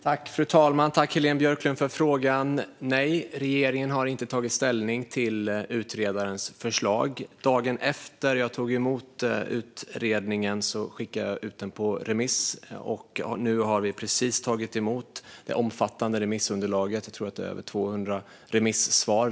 Fru talman! Jag tackar Heléne Björklund för frågan. Regeringen har inte tagit ställning till utredarens förslag. Dagen efter jag tog emot utredningen skickades den ut på remiss, och nu har vi precis tagit emot det omfattande remissunderlaget på närmare 200 remissvar.